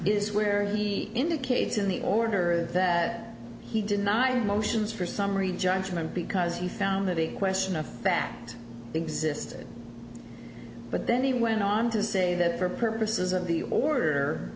is where he indicates in the order that he denied motions for summary judgment because he found that a question of fact existed but then he went on to say that for purposes of the or